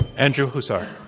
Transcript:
andrew huszar.